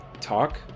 talk